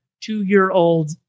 two-year-old